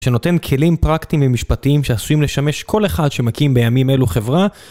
שנותן כלים פרקטיים ומשפטיים שעשויים לשמש כל אחד שמקים בימים אלו חברה.